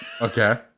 Okay